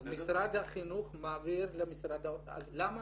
אז משרד החינוך מעביר למשרד --- אז למה